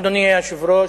אדוני היושב-ראש,